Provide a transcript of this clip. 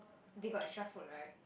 they got extra food right